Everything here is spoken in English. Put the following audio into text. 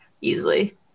easily